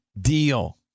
deal